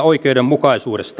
puhemies